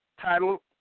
title